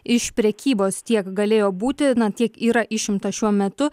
iš prekybos tiek galėjo būti tiek yra išimta šiuo metu